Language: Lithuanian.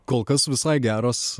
kol kas visai geros